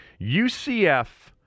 UCF